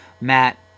Matt